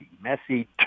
messy